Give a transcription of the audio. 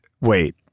wait